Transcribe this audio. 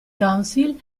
council